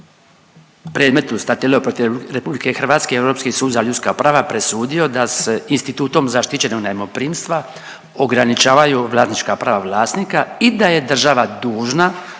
predmetu Statileo protiv RH, Europski sud za ljudska prava presudio da se institutom zaštićenog najmoprimstva ograničavaju vlasnička prava vlasnika i da je država dužna